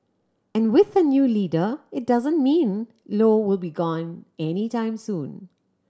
and with a new leader it doesn't mean Low will be gone anytime soon